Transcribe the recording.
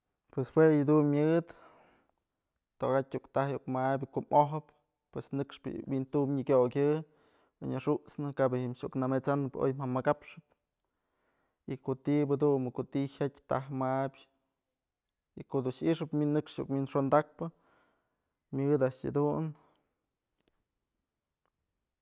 Pues jue yëdun myëdë, tokatyë iuk taj iuk mabyë ko'o mojëp pues nëkxpë bi'i wintum nyëkokyë onyëxut'snë kap je'e jim iuk nëmesanë oy ja'a mëkapxëpy ko'o tiba dumbë ko'o ti'i jyatyë taj mabyë y ko'o dun i'ixëp miñ nëkxpë iuk winxondakpë myëdë a'ax jedun.